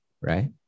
right